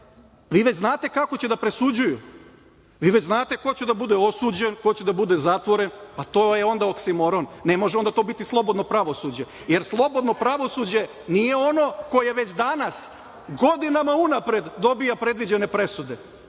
vi već znate kako će da presuđuju, vi već znate ko će da bude osuđen, ko će da bude zatvoren. To je onda oksimoron. Ne može onda to biti slobodno pravosuđe, jer slobodno pravosuđe nije ono koje već danas godinama unapred dobija predviđene presude.